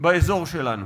באזור שלנו,